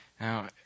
Now